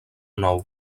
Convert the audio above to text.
nou